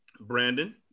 Brandon